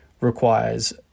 requires